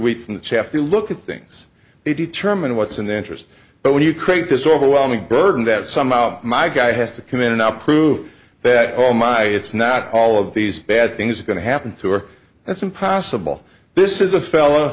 the chaff to look at things they determine what's in their interest but when you create this overwhelming burden that some out my guy has to come in and out prove that oh my it's not all of these bad things are going to happen to or that's impossible this is a fell